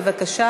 בבקשה,